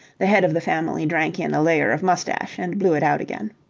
the head of the family drank in a layer of moustache and blew it out again.